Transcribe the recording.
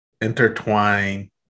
intertwine